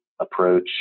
approach